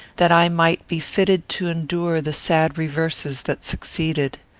that i might be fitted to endure the sad reverses that succeeded.